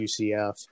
UCF